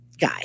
guy